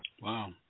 wow